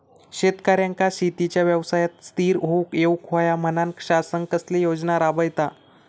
शेतकऱ्यांका शेतीच्या व्यवसायात स्थिर होवुक येऊक होया म्हणान शासन कसले योजना राबयता?